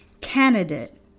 candidate